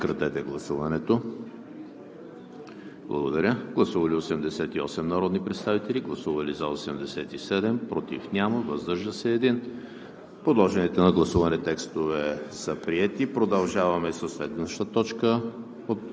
Продължаваме със следващата точка